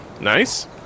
Nice